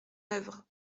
œuvre